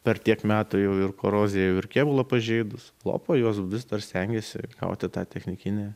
per tiek metų jau ir korozija jau ir kėbulą pažeidus lopo juos vis dar stengiasi gauti tą technikinę